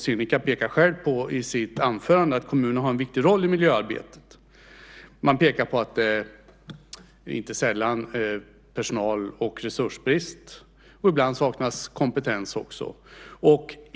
Sinikka pekar själv i sitt anförande på att kommunerna har en viktig roll i miljöarbetet. Man pekar på att det inte sällan är personal och resursbrist. Ibland saknas kompetens också.